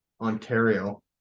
ontario